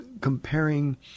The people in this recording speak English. comparing